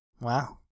Wow